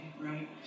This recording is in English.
right